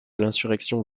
l’insurrection